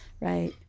Right